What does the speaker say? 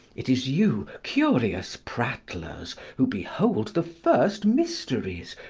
it is you, curious prattlers, who behold the first mysteries,